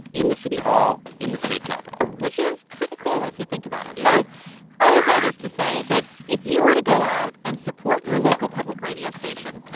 in the city hall, in the state capitol which is pretty cool if you think about it it is so all of that is to say that if you were to go out and support your local public radio station,